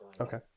Okay